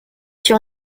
sur